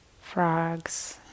frogs